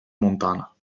montana